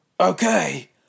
Okay